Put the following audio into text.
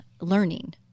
learning